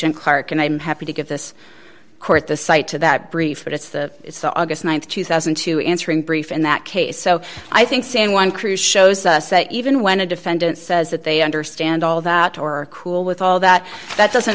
him clark and i'm happy to give this court the cite to that brief but it's the it's august th two thousand and two answering brief in that case so i think saying one crew shows us that even when a defendant says that they understand all that or cool with all that that doesn't